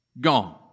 gone